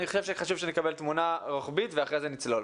אני חושב שחשוב שנקבל תמונה רוחבית ואחרי זה נצלול.